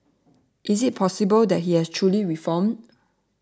is it possible that he has truly reformed